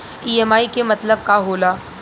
EMI के मतलब का होला?